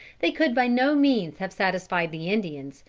they could by no means have satisfied the indians,